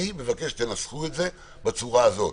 אני מבקש שתנסחו בצורה הזאת,